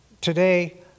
today